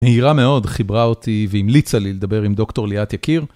נהירה מאוד, חיברה אותי והמליצה לי לדבר עם דוקטור ליאת יקיר.